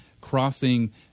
crossing